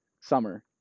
summer